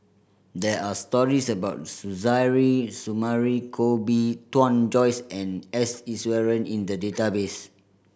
there are stories about Suzairhe Sumari Koh Bee Tuan Joyce and S Iswaran in the database